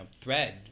thread